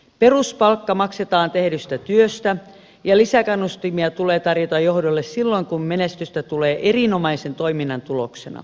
peruspalkka maksetaan tehdystä työstä ja lisäkannustimia tulee tarjota johdolle silloin kun menestystä tulee erinomaisen toiminnan tuloksena